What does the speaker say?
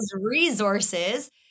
resources